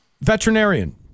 veterinarian